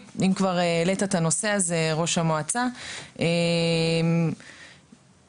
אם כבר העלית את נושא המכשור הרפואי,